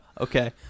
Okay